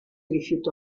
rifiutò